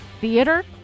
theater